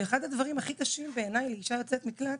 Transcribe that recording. אחד הדברים בעיני לאשה יוצאת מקלט,